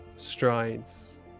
strides